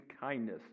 kindness